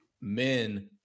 men